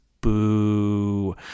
Boo